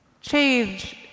Change